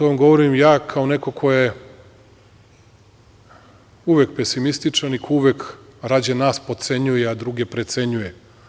To vam govorim, ja kao neko ko je uvek pesimističan i ko uvek rađe nas potcenjuje, a druge precenjuje.